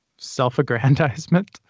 self-aggrandizement